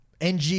ng